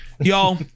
y'all